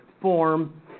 form